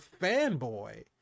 fanboy